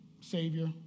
Savior